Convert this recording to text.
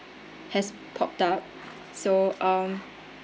has pop up so um